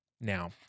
now